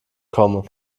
komme